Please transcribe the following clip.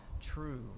true